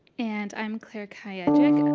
and i'm claire kayacik.